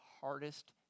hardest